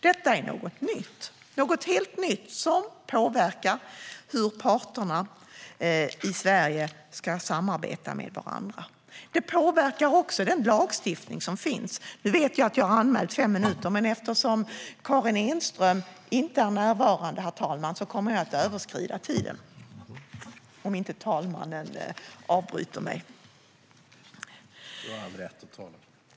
Detta är någonting helt nytt som påverkar hur parterna i Sverige ska samarbeta med varandra, och det påverkar också den lagstiftning som finns. Jag vet att jag har anmält fem minuter, men eftersom Karin Enström inte är närvarande, herr talman, kommer jag att överskrida min tid om inte talmannen avbryter mig.